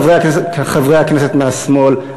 חברי הכנסת מהשמאל,